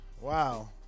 wow